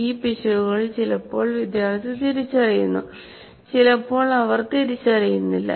ഈ പിശകുകൾ ചിലപ്പോൾ വിദ്യാർത്ഥി തിരിച്ചറിയുന്നു ചിലപ്പോൾ അവർ തിരിച്ചറിയുന്നില്ല